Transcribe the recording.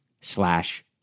slash